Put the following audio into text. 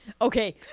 Okay